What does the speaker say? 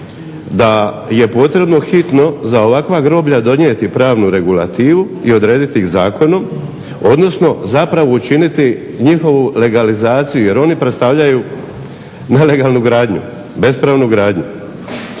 da je potrebno hitno za ovakva groblja donijeti pravnu regulativu i odrediti ih zakonom, odnosno zapravo učiniti njihovu legalizaciju jer oni predstavljaju nelegalnu gradnju, bespravnu gradnju.